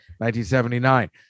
1979